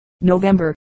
November